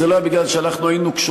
זה לא היה כי אנחנו היינו קשוחים,